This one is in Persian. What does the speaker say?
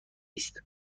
است